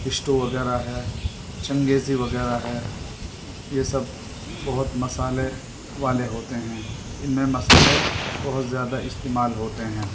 stew وغیرہ ہے چنگیزی وغیرہ ہے یہ سب بہت مصالحے والے ہوتے ہیں ان میں مصالحے بہت زیادہ استعمال ہوتے ہیں